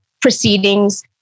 proceedings